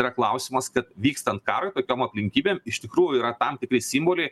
yra klausimas kad vykstant karui tokiom aplinkybėm iš tikrųjų yra tam tikri simboliai